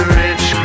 rich